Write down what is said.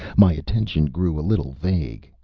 my attention grew a little vague.